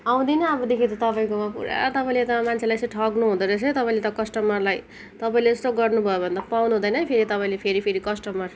आउदिनँ अबदेखि त तपाईँकोमा पुरा तपाईँले त मान्छेलाई यसरी ठग्नुहुँदो रहेछ है तपाईँले त कस्टमरलाई तपाईँले यस्तो गर्नुभयो भने त पाउनुहुँदैन है तपाईँले फेरि फेरि कस्टमर